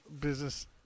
business